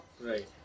Right